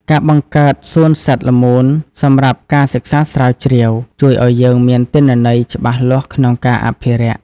ការបង្កើតសួនសត្វល្មូនសម្រាប់ការសិក្សាស្រាវជ្រាវ ជួយឱ្យយើងមានទិន្នន័យច្បាស់លាស់ក្នុងការអភិរក្ស។